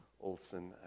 Olson